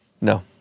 No